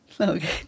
Okay